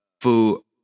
Food